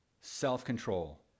self-control